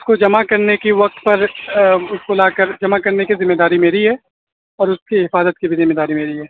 اس کو جمع کرنے کی وقت پر اس کو لا کر جمع کرنے کی ذمہ داری میری ہے اور اس کی حفاظت کی بھی ذمہ داری میری ہے